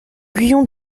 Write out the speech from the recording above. guyon